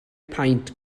paent